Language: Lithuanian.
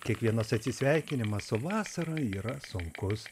kiekvienas atsisveikinimas su vasara yra sunkus